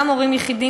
גם הורים יחידים,